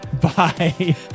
Bye